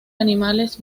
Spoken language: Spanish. animales